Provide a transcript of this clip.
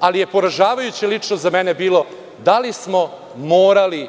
ali je poražavajuće lično za mene bilo – da li smo morali